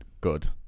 good